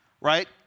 right